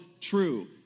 true